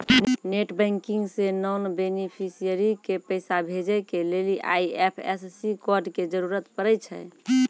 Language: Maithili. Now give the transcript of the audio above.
नेटबैंकिग से नान बेनीफिसियरी के पैसा भेजै के लेली आई.एफ.एस.सी कोड के जरूरत पड़ै छै